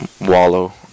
wallow